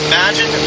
Imagine